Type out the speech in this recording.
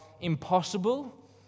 impossible